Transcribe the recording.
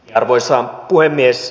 arvoisa puhemies